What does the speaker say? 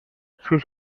sus